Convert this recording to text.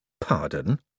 Pardon